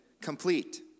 complete